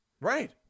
Right